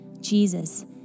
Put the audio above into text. Jesus